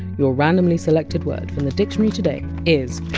your randomly selected word from the dictionary today is!